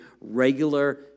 regular